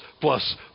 plus